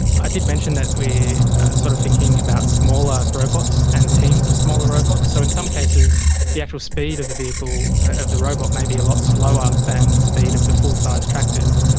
i did mention that we are sort of thinking about smaller robots and teams of smaller robots. so in some cases the actual speed of the vehicle, of the robot, may be a lot slower than the speed of the full-sized tractors,